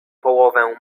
połowę